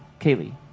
Kaylee